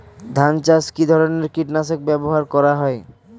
ধান চাষে কী ধরনের কীট নাশক ব্যাবহার করা হয়?